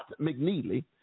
McNeely